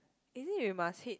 is it you must hit